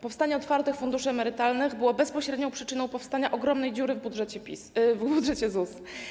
Powstanie otwartych funduszy emerytalnych było bezpośrednią przyczyną powstania ogromnej dziury w budżecie ZUS.